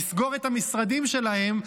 לסגור את המשרדים שלהם,